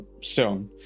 stone